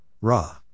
Ra